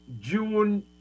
june